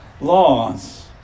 laws